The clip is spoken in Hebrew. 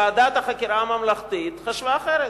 ועדת החקירה הממלכתית חשבה אחרת.